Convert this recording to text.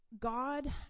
God